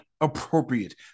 appropriate